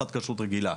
אחת כשרות רגילה,